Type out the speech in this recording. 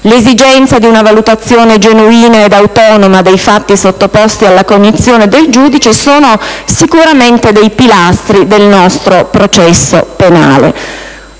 l'esigenza di una valutazione genuina ed autonoma dei fatti sottoposti alla cognizione del giudice sono sicuramente pilastri del nostro processo penale.